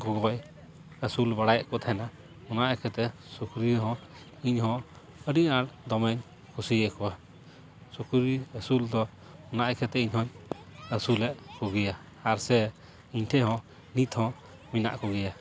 ᱜᱚᱜᱚᱭ ᱟᱹᱥᱩᱞ ᱵᱟᱲᱟᱭᱮᱫ ᱠᱚ ᱛᱟᱦᱮᱱᱟ ᱚᱱᱟ ᱤᱭᱟᱹᱛᱮ ᱥᱩᱠᱨᱤ ᱦᱚᱸ ᱤᱧ ᱦᱚᱸ ᱟᱹᱰᱤ ᱟᱸᱴ ᱫᱚᱢᱮᱧ ᱠᱩᱥᱤᱭᱟᱠᱚᱣᱟ ᱥᱩᱠᱨᱤ ᱟᱹᱥᱩᱞ ᱫᱚ ᱚᱱᱟ ᱤᱭᱟᱹᱛᱮ ᱤᱧᱦᱚᱸ ᱟᱹᱥᱩᱞᱮᱫ ᱠᱚᱜᱮᱭᱟ ᱟᱨ ᱥᱮ ᱤᱧ ᱴᱷᱮᱱ ᱦᱚᱸ ᱱᱤᱛᱦᱚᱸ ᱢᱮᱱᱟᱜ ᱠᱚᱜᱮᱭᱟ